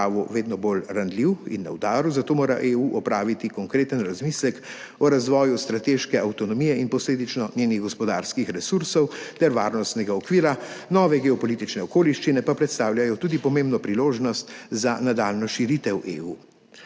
vedno bolj ranljiv in na udaru, zato mora EU opraviti konkreten razmislek o razvoju strateške avtonomije in posledično njenih gospodarskih resursov ter varnostnega okvira, nove geopolitične okoliščine pa predstavljajo tudi pomembno priložnost za nadaljnjo širitev EU.